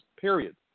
period